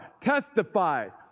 testifies